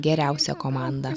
geriausia komanda